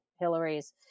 Hillary's